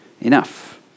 enough